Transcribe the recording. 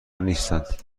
نیستند